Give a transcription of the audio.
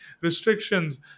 restrictions